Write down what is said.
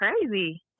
crazy